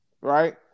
right